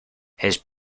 his